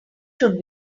should